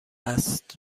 است